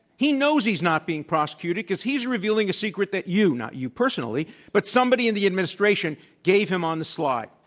he knows he's not being prosecuted because he's revealing a secret that you not you personally but somebody in the administration gave him on the sly.